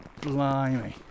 Blimey